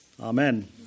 Amen